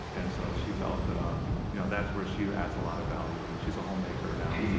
and so she felt ah yeah that's where she adds a lot of value, and she's a homemaker now.